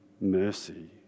mercy